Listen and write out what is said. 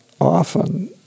often